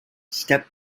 step